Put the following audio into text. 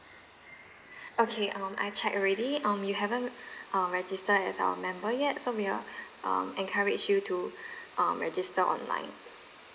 okay um I've checked already um you haven't uh register as our member yet so we uh um encourage you to uh register online